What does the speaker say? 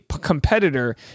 competitor